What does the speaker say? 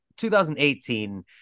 2018